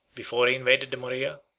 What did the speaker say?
before he invaded the morea,